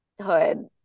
hood